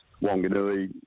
Wanganui